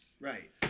Right